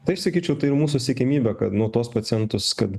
tai sakyčiau tai yra mūsų siekiamybė kad nu tuos pacientus kad